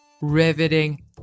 riveting